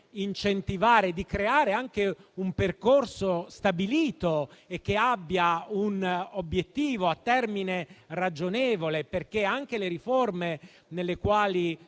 incentivare e creare un percorso stabilito che abbia un obiettivo a termine ragionevole, affinché anche le riforme nelle quali